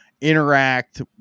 interact